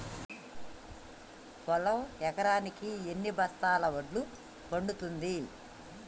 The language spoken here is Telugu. పొలం ఎకరాకి ఎన్ని బస్తాల వడ్లు పండుతుంది?